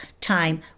time